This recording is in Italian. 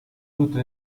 tutte